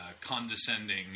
condescending